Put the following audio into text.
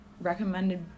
recommended